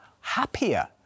happier